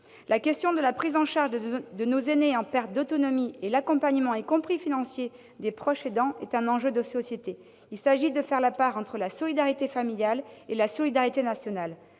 la concertation. La prise en charge de nos aînés en perte d'autonomie et l'accompagnement, y compris financier, des proches aidants constituent un enjeu de société : il s'agit de faire la part entre la solidarité familiale et la solidarité nationale.